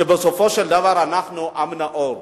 שבסופו של דבר אנחנו עם נאור,